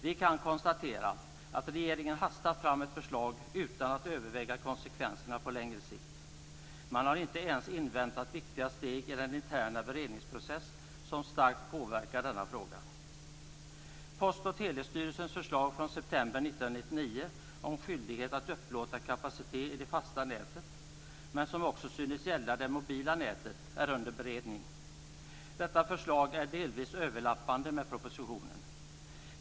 Vi kan konstatera att regeringen har hastat fram ett förslag utan att överväga konsekvenserna på längre sikt. Man har inte ens inväntat viktiga steg i den interna beredningsprocess som starkt påverkar denna fråga. 1999 om skyldighet att upplåta kapacitet i det fasta nätet, men som också synes gälla det mobila nätet, är under beredning. Detta förslag överlappar delvis propositionen.